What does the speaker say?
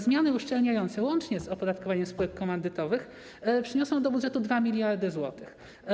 Zmiany uszczelniające łącznie z opodatkowaniem spółek komandytowych przyniosą do budżetu 2 mld zł.